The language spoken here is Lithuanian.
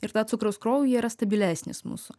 ir tada cukrus kraujyje yra stabilesnis mūsų